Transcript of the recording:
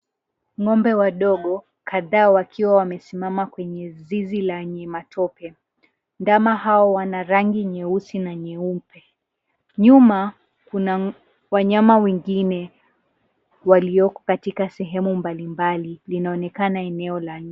Ng'ombe wadogo, kadhaa wakiwa wamesimama kwenye zizi lenye matope, ndama hao wana rangi nyeusi na nyeupe. Nyuma kuna wanyama wengine walioko katika sehemu mbalimbali linaonekana eneo la nje.